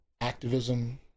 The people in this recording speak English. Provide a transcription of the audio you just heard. activism